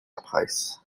presse